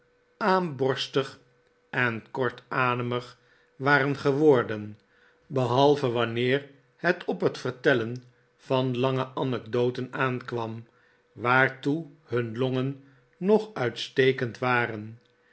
aamborstig en kortademig waren geworden behalve wanneer het op het vertellen van lange anecdoten aankwam waartoe hun longen nog uitstekend waren